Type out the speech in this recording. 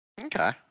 Okay